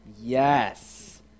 Yes